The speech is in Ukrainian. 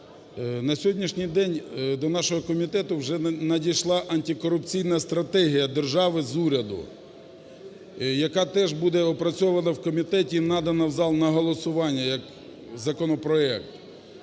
на сьогоднішній день до нашого комітету вже надійшла Антикорупційна стратегія держави з уряду, яка теж буде опрацьована в комітеті і надана в зал на голосування як законопроект.